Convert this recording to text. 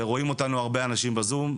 ורואים אותנו הרבה אנשים בזום.